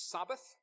Sabbath